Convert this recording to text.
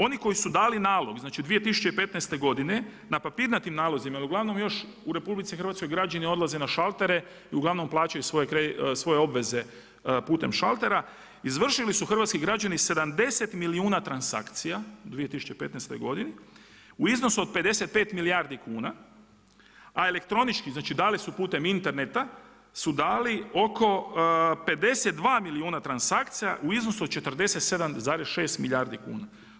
Oni koji su dali nalog 2015. godine na papirnatim nalazima jer uglavnom još u RH građani odlaze na šaltere i uglavnom plaćaju svoje obveze putem šaltera, izvršili su hrvatski građani 70 milijuna transakcija u 2015. godini u iznosu od 55 milijardi kuna, a elektronički dali su putem interneta su dali oko 52 milijuna transakcija u iznosu od 47,6 milijardi kuna.